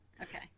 Okay